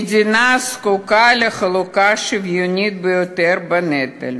המדינה זקוקה לחלוקה שוויונית יותר בנטל.